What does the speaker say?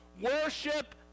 Worship